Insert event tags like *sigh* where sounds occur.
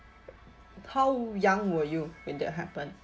*noise* how young were you when that happened